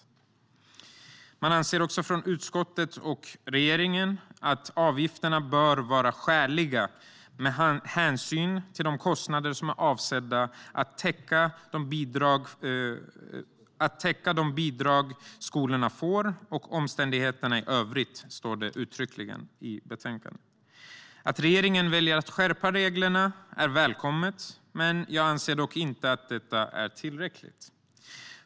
Utskottet och regeringen anser också att avgifterna bör vara skäliga med hänsyn till de kostnader som är avsedda att täcka de bidrag skolorna får och omständigheterna i övrigt. Så står det uttryckligen i betänkandet. Att regeringen väljer att skärpa reglerna är välkommet, men jag anser inte att det är tillräckligt.